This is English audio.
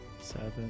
Seven